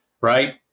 right